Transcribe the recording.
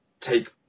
take